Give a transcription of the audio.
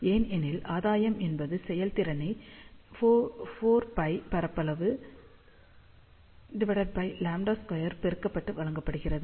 ஏன் ஏனெனில் ஆதாயம் என்பது செயல்திறனை 4π பரப்பளவுλ 2 பெருக்கப்பட்டு வழங்கப்படுகிறது